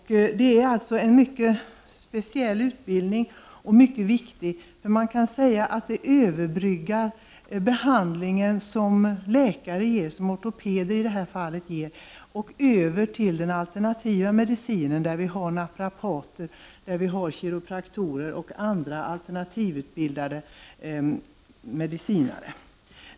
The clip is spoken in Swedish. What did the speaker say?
Det är en mycket speciell utbildning. Man kan säga att den överbryggar den behandling som läkare — i det här fallet ortopeder — ger och den behandling man kan få inom den alternativa medicinen av naprapater, kiropraktorer och andra alternativutbildade medicinare.